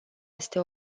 este